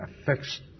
affects